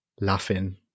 laughing